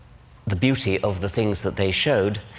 the beauty of the things that they showed.